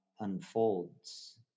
unfolds